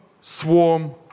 swarm